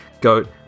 Goat